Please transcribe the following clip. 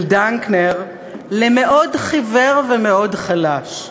למאוד חיוור ומאוד חלש,